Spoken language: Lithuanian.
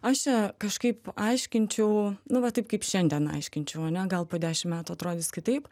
aš čia kažkaip aiškinčiau nu va taip kaip šiandien aiškinčiau ane gal po dešimt metų atrodys kitaip